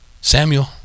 Samuel